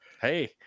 hey